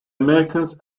americans